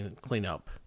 cleanup